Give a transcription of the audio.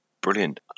Brilliant